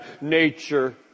nature